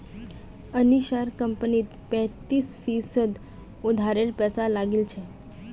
अनीशार कंपनीत पैंतीस फीसद उधारेर पैसा लागिल छ